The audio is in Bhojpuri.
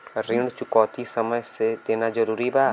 ऋण चुकौती समय से देना जरूरी बा?